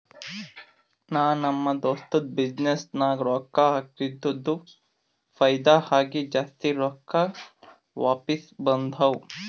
ನಾ ನಮ್ ದೋಸ್ತದು ಬಿಸಿನ್ನೆಸ್ ನಾಗ್ ರೊಕ್ಕಾ ಹಾಕಿದ್ದುಕ್ ಫೈದಾ ಆಗಿ ಜಾಸ್ತಿ ರೊಕ್ಕಾ ವಾಪಿಸ್ ಬಂದಾವ್